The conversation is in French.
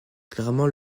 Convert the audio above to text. clairement